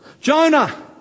Jonah